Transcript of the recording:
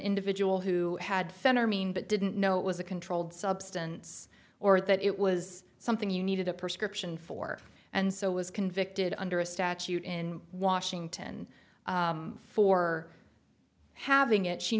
individual who had fenner mean but didn't know it was a controlled substance or that it was something you needed a prescription for and so was convicted under a statute in washington for having it she